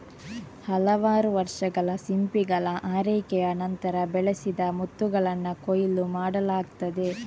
ಹಲವಾರು ವರ್ಷಗಳ ಸಿಂಪಿಗಳ ಆರೈಕೆಯ ನಂತರ, ಬೆಳೆಸಿದ ಮುತ್ತುಗಳನ್ನ ಕೊಯ್ಲು ಮಾಡಲಾಗ್ತದೆ